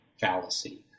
fallacy